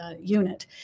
unit